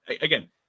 again